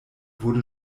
wurde